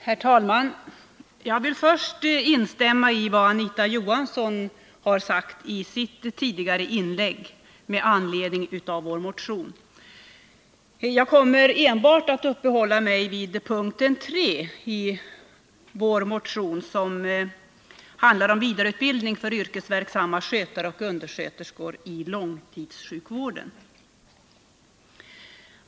Herr talman! Jag vill först instämma i vad Anita Johansson har sagt i sitt inlägg med anledning av motion nr 27. Jag kommer enbart att uppehålla mig vid punkten 3 i motionen, som handlar om vidaréutbildning för yrkesverksamma skötare och undersköterskor inom långtidssjukvården.